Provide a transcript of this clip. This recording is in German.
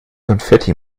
konfetti